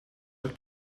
het